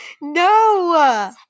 No